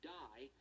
die